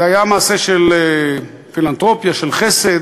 זה היה מעשה של פילנתרופיה, של חסד,